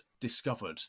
discovered